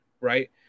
right